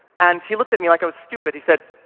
and he looked at me like i was stupid. he said,